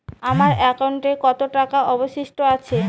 আমার একাউন্টে কত টাকা অবশিষ্ট আছে?